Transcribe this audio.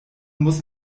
muss